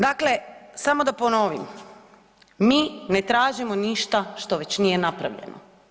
Dakle, samo da ponovim, mi ne tražimo ništa što već nije napravljeno.